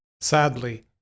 Sadly